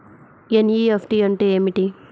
NEFT అంటే ఏమిటి?